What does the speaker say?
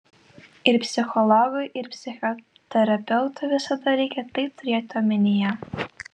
ir psichologui ir psichoterapeutui visada reikia tai turėti omenyje